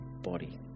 body